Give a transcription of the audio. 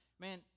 man